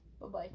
Bye-bye